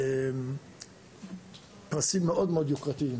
אלה פרסים מאוד יוקרתיים.